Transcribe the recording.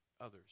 others